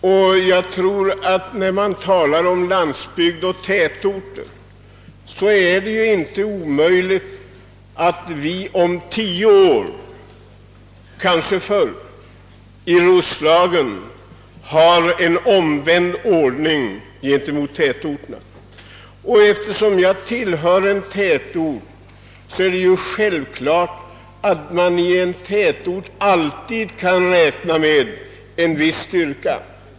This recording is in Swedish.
Det har här talats om landsbygd och tätorter. Jag vill säga att det inte är omöjligt att vi om tio år, kanske förr, i Roslagen har en helt omvänd ordning än nu gentemot tätorterna. Jag bor själv i en tätort och vet att man där alltid kan räkna med en viss styrka.